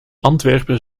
antwerpen